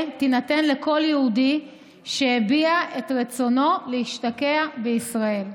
תינתן לכל יהודי שהביע את רצונו להשתקע בישראל.